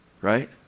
right